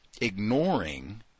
ignoring